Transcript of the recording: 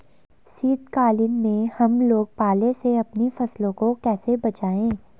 शीतकालीन में हम लोग पाले से अपनी फसलों को कैसे बचाएं?